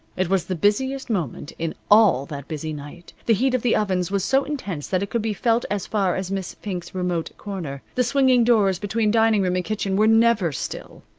it was the busiest moment in all that busy night. the heat of the ovens was so intense that it could be felt as far as miss fink's remote corner. the swinging doors between dining-room and kitchen were never still.